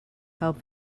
help